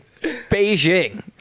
Beijing